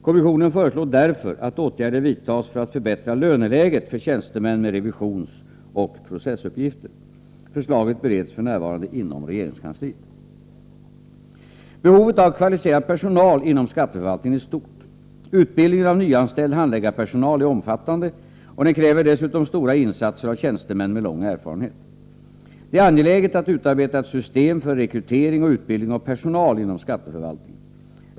Kommissionen föreslår därför att åtgärder vidtas för att förbättra löneläget för tjänstemän med revisionsoch processuppgifter. Förslaget bereds f. n. inom regeringskansliet. Behovet av kvalificerad personal inom skatteförvaltningen är stort. Utbildningen av nyanställd handläggarpersonal är omfattande, och den kräver dessutom stora insatser av tjänstemän med lång erfarenhet. Det är angeläget att utarbeta ett system för rekrytering och utbildning av personal inom skatteförvaltningen.